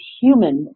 human